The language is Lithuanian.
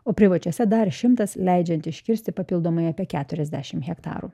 o privačiuose dar šimtas leidžiant iškirsti papildomai apie keturiasdešimt hektarų